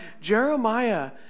Jeremiah